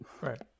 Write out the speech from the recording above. Right